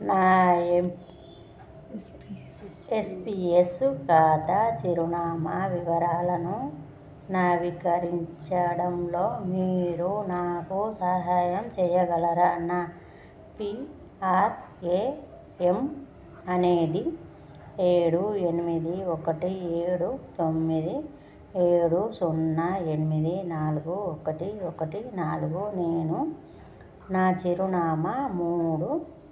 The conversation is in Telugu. నా ఎం ఎస్పీఎస్ ఖాతా చిరునామా వివరాలను నవికరించడంలో మీరు నాకు సహాయం చేయగలరా నా పీఆర్ఏఎమ్ అనేది ఏడు ఎనిమిది ఒకటి ఏడు తొమ్మిది ఏడు సున్నా ఎనిమిది నాలుగు ఒకటి ఒకటి నాలుగు నేను నా చిరునామా మూడు